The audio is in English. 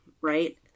right